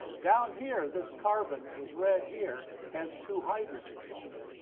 down here, this carbon that was red here, has two hydrogens on it.